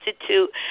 Institute